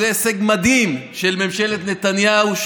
זה הישג מדהים של ממשלת נתניהו,